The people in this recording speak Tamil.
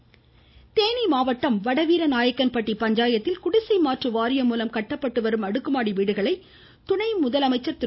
பன்னீர்செல்வம் தேனி மாவட்டம் வடவீர நாயக்கன் பட்டி பஞ்சாயத்தில் குடிசை மாற்று வாரியம் மூலம் கட்டப்பட்டு வரும் அடுக்குமாடி வீடுகளை துணை முதலமைச்சர் திரு